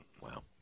Wow